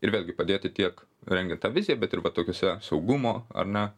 ir vėlgi padėti tiek rengiant tą viziją bet ir va tokiose saugumo ar ne